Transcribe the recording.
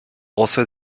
also